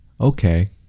Okay